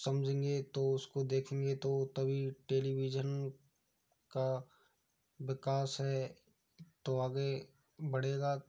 समझेंगे तो उसको देखेंगे तो तभी टेलीविजन का विकास है तो आगे बढ़ेगा